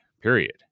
Period